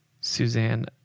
Suzanne